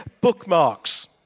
bookmarks